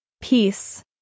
peace